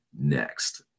next